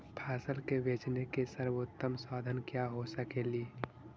फसल के बेचने के सरबोतम साधन क्या हो सकेली?